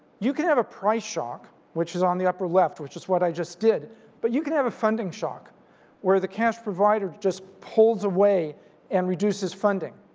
you can have a price shock which is on the upper left which is what i just did but you can have a funding shock where the cash provider just pulls away and reduces funding.